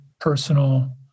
personal